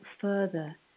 further